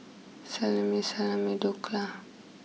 Salami Salami Dhokla